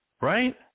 right